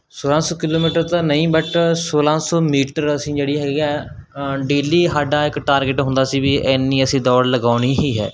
ਸੋਲ੍ਹਾਂ ਸੌ ਕਿਲੋਮੀਟਰ ਤਾਂ ਨਹੀਂ ਬਟ ਸੋਲ੍ਹਾਂ ਸੌ ਮੀਟਰ ਅਸੀਂ ਜਿਹੜੀ ਹੈਗੀ ਡੇਲੀ ਸਾਡਾ ਇੱਕ ਟਾਰਗੇਟ ਹੁੰਦਾ ਸੀ ਵੀ ਇੰਨੀ ਅਸੀਂ ਦੌੜ ਲਗਾਉਣੀ ਹੀ ਹੈ